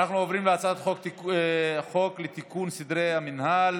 אנחנו עוברים להצעת חוק לתיקון סדרי המינהל